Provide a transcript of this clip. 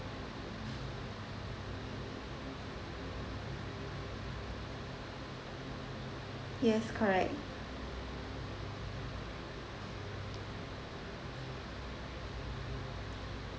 yes correct